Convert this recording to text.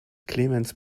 clemens